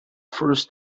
first